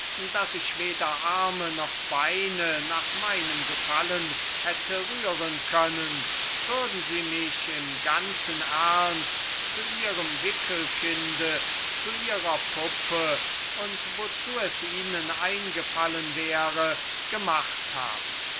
daß ich weder arme noch beine nach meinem gefallen hätte rühren können mich in ganzem ernst zu ihrem wickelkind zu ihrer puppe und wozu es ihnen eingefallen wäre gemacht haben